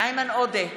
איימן עודה,